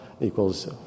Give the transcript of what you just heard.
equals